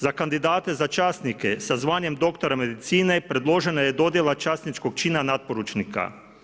Za kandidate za časnike sa zvanjem doktora medicine predložena je dodjela časničkog čina natporučnika.